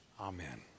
Amen